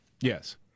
Yes